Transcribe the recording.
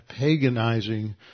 paganizing